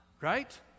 Right